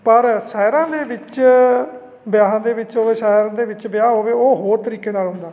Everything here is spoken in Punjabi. ਪਰ ਸ਼ਹਿਰਾਂ ਦੇ ਵਿੱਚ ਵਿਆਹਾਂ ਦੇ ਵਿੱਚ ਸ਼ਹਿਰ ਦੇ ਵਿੱਚ ਵਿਆਹ ਹੋਵੇ ਉਹ ਹੋਰ ਤਰੀਕੇ ਨਾਲ ਹੁੰਦਾ